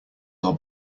are